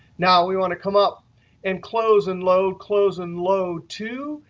now, we want to come up and close and load, close and load two.